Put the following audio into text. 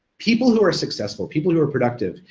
people who are successful, people who are productive,